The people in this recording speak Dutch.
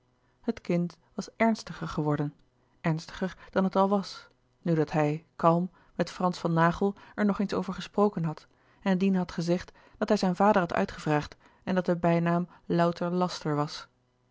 het kind was ernstiger geworden ernstiger dan het al was nu dat hij kalm met frans van naghel er nog eens over gesproken had en dien had gezegd dat hij zijn vader had uitgevraagd en dat de bijnaam louter laster was